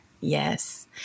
Yes